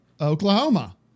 Oklahoma